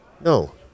No